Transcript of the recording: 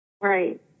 Right